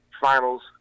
finals